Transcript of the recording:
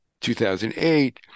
2008